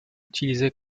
utilisé